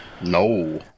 No